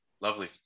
lovely